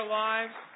lives